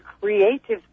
creative